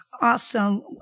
Awesome